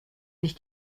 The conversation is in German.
sich